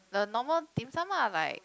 the normal dim-sum ah like